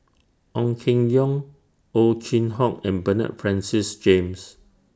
Ong Keng Yong Ow Chin Hock and Bernard Francis James